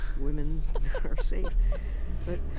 women are safe. but